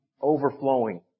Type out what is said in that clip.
overflowing